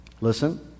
Listen